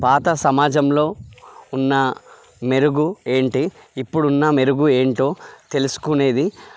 పాత సమాజంలో ఉన్న మెరుగు ఏంటి ఇప్పుడున్న మెరుగు ఏంటో తెలుసుకునేది